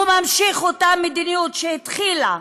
הוא ממשיך אותה מדיניות שהתחילה,